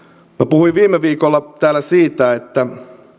puhuin viime viikolla täällä siitä